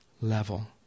level